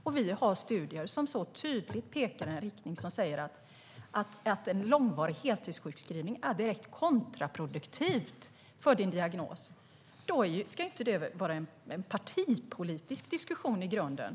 Det finns studier som tydligt pekar mot att en långvarig heltidssjukskrivning är direkt kontraproduktiv för den diagnosen. Då ska det här inte vara en partipolitisk diskussion i grunden.